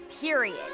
Period